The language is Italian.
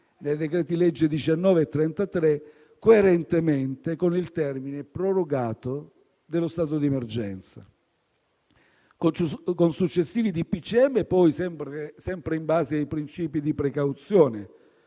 nei decreti-legge nn. 19 e 33, coerentemente con il termine prorogato dello stato di emergenza. Con successivi DPCM, poi, sempre in base ai principi di precauzione